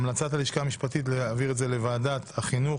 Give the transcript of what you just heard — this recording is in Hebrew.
המלצת הלשכה המשפטית להעביר את זה לוועדת החינוך,